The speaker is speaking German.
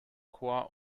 chor